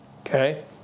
Okay